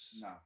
No